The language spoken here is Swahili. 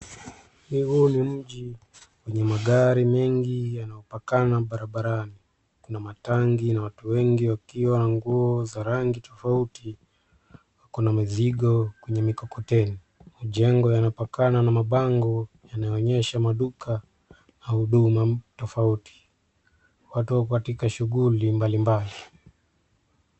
Huu ni mji wenye magari mengi yanayopakana barabarani. Kuna matangi na watu wengi wakivaa nguo za rangi tofauti, wako na mizigo kwenye mikokoteni. Majengo yanapakana na mabango yanayoonyesha maduka au huduma tofauti. Watu wako katika shughuli mbali mbali.